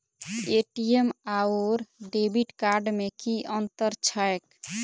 ATM आओर debit card मे की अंतर छैक?